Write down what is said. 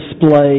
display